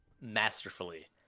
masterfully